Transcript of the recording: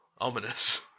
ominous